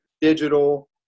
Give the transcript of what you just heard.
digital